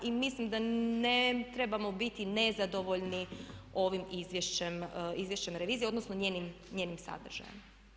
I mislim da ne trebamo biti nezadovoljni ovim izvješćem revizije odnosno njenim sadržajem.